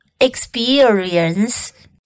experience